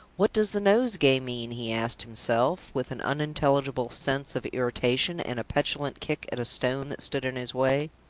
what does the nosegay mean? he asked himself, with an unintelligible sense of irritation, and a petulant kick at a stone that stood in his way.